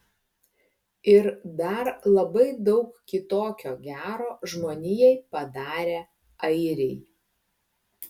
ir dar labai daug kitokio gero žmonijai padarę airiai